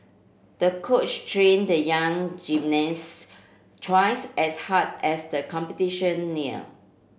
the coach trained the young gymnast twice as hard as the competition near